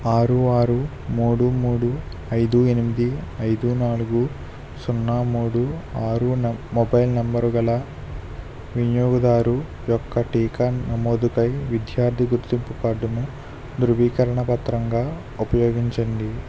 ఆరు ఆరు మూడు మూడు ఐదు ఎనిమిది ఐదు నాలుగు సున్నా మూడు ఆరు నం మొబైల్ నంబరు గల వినియోగదారు యొక్క టీకా నమోదుకై విద్యార్థి గుర్తింపు కార్డును ధృవీకరణ పత్రంగా ఉపయోగించండి